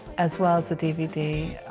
as well as the dvd,